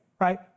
Right